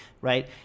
right